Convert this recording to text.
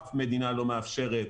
אף מדינה לא מאפשרת